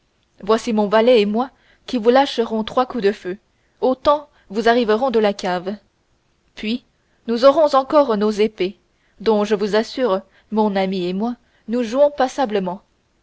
voici mon valet et moi qui vous lâcherons trois coups de feu autant vous arriveront de la cave puis nous aurons encore nos épées dont je vous assure mon ami et moi nous jouons passablement